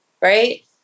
right